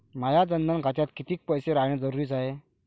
माया जनधन खात्यात कितीक पैसे रायन जरुरी हाय?